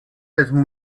dessen